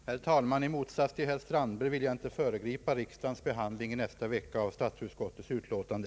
Herr talman! I motsats till herr Strandberg vill jag inte föregripa riks dagens behandling i nästa vecka av statsutskottets utlåtande.